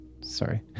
Sorry